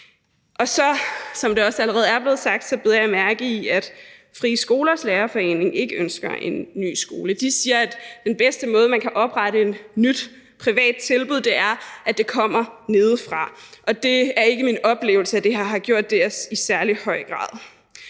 er blevet sagt, at Frie Skolers Lærerforening ikke ønsker en ny skole. De siger, at den bedste måde, man kan oprette et nyt privat tilbud på, er, hvis det kommer nedefra. Det er ikke min oplevelse, at det her har gjort det i særlig høj grad.